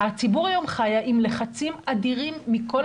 הציבור היום חי עם לחצים אדירים מכל